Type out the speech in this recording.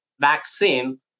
vaccine